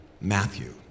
Matthew